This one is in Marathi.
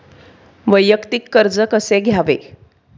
वैयक्तिक कर्ज कसे घ्यावे?